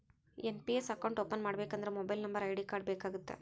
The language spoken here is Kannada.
ಎನ್.ಪಿ.ಎಸ್ ಅಕೌಂಟ್ ಓಪನ್ ಮಾಡಬೇಕಂದ್ರ ಮೊಬೈಲ್ ನಂಬರ್ ಐ.ಡಿ ಕಾರ್ಡ್ ಬೇಕಾಗತ್ತಾ?